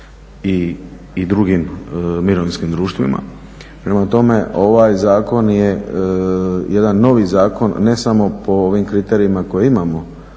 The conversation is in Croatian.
i drugim mirovinskim društvima. Prema tome ovaj zakon je jedan novi zakon ne samo po ovim kriterijima koje imamo